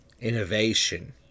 innovation